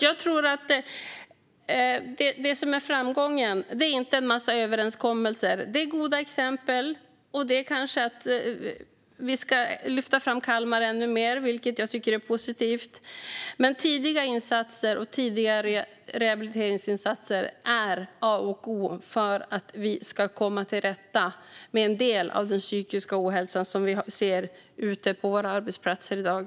Jag tror inte att en massa överenskommelser är vägen till framgång. Vi ska titta på goda exempel och kanske lyfta fram Kalmar ännu mer - det vore positivt. Tidiga insatser och tidiga rehabiliteringsinsatser är A och O för att vi ska komma till rätta med en del av den psykiska ohälsa vi ser ute på våra arbetsplatser i dag.